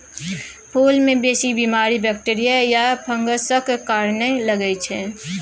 फुल मे बेसी बीमारी बैक्टीरिया या फंगसक कारणेँ लगै छै